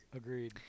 agreed